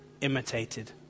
imitated